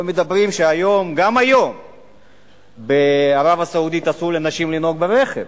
לא מדברים שגם היום בערב-הסעודית אסור לנשים לנהוג ברכב,